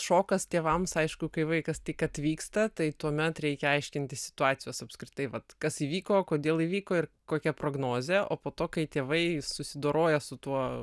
šokas tėvams aišku kai vaikas tik atvyksta tai tuomet reikia aiškintis situacijos apskritai vat kas įvyko kodėl įvyko ir kokia prognozė o po to kai tėvai susidoroja su tuo